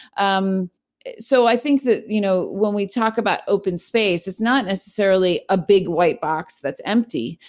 um so i think that, you know when we talk about open space, it's not necessarily a big white box that's empty.